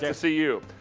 yeah see you.